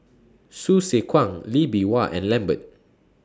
Hsu Tse Kwang Lee Bee Wah and Lambert